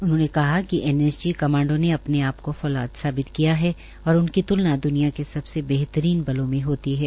उन्होंने कहा कि एनएसजी कमांडों ने अपने आपकों फौलाद साबित किया है और उनकी त्लना द्निया के सबसे बेहतरीन बलों में होती है